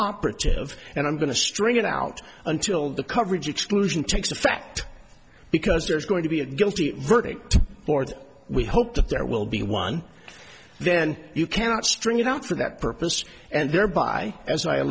operative and i'm going to string it out until the coverage exclusion takes effect because there's going to be a guilty verdict board we hope there will be one then you cannot string it out for that purpose and thereby